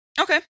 Okay